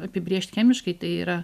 apibrėžt chemiškai tai yra